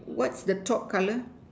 what's the top color